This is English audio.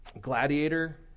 gladiator